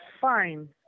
fine